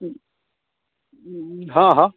हँ हँ